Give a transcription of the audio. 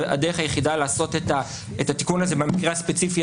הדרך היחידה לעשות את התיקון הזה במקרה הספציפי